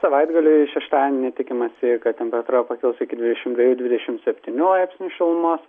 savaitgalį šeštadienį tikimasi kad temperatūra pakils iki dvidešim dviejų dvidešim septynių laipsnių šilumos